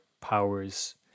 powers